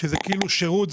שזה כאילו שירות,